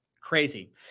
Crazy